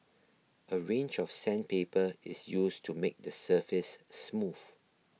a range of sandpaper is used to make the surface smooth